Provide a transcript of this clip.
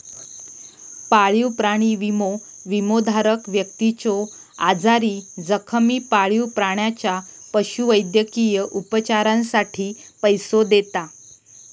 पाळीव प्राणी विमो, विमोधारक व्यक्तीच्यो आजारी, जखमी पाळीव प्राण्याच्या पशुवैद्यकीय उपचारांसाठी पैसो देता